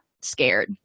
scared